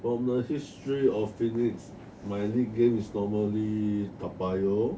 我们 history of phoenix my league game is normally tao payoh